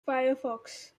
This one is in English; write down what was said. firefox